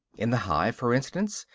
in the hive, for instance,